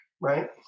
right